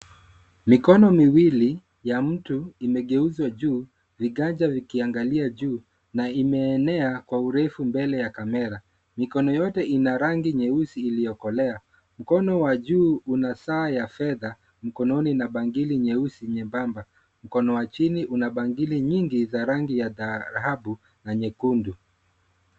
Mikono miwili ya mtu imegeuzwa juu, viganja vikiangalia juu na imeenea kwa urefu mbele ya kamera. Mikono yote ina rangi nyeusi iliyokolea. Mkono wa juu una saa ya fedha mkononi na bangili nyeusi nyembamba. Mkono wa chini una bangili nyingi za rangi ya dhahabu na nyekundu.